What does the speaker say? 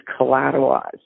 collateralized